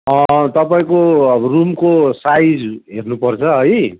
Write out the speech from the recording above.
तपाईँ रुमको साइज हेर्नपर्छ है